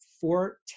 four